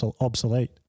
obsolete